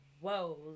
whoa